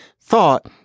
thought